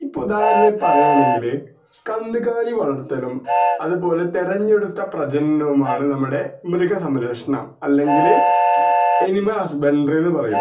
ഇപ്പോൾ ഉദാഹരണം പറയുകയാണെങ്കിൽ കന്നുകാലി വളർത്തലും അതുപോലെ തെരഞ്ഞെടുത്ത പ്രജനനവുമാണ് നമ്മുടെ മൃഗ സംരക്ഷണം അല്ലെങ്കില് അനിമൽ ഹസ്ബൻഡ്രീന്ന് പറയും